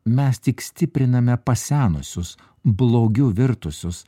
mes tik stipriname pasenusius blogiu virtusius